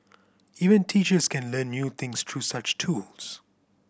even teachers can learn new things through such tools